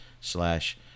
slash